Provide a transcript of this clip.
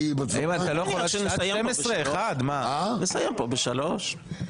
נסיים פה בשלוש.